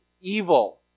evil